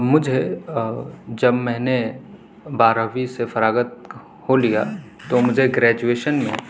مجھے جب میں نے بارہویں سے فراغت ہو لیا تو مجھے گریجویشن میں